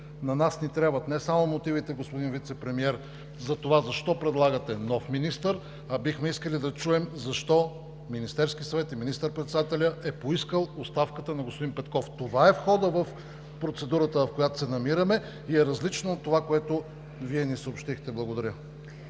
на нас ни трябват не само мотивите, господин Вицепремиер, затова защо предлагате нов министър, а бихме искали да чуем защо Министерският съвет, министър-председателят е поискал оставката на господин Петков. Това е в хода на процедурата, в която се намираме, и е различно от това, което Вие ни съобщихте. Благодаря.